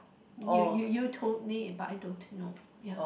you you you told me but I don't know ya